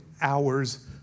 hours